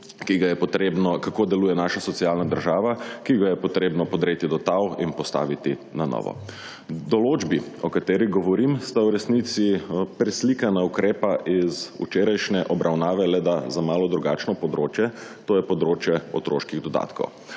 kako deluje naša socialna država, ki ga je potrebno podreti do tal in postaviti na novo. Določbi, o katerih govorim, sta v resnici preslikana ukrepa iz včerajšnje obravnave, le da za malo drugačno področje, to je področje otroških dodatkov.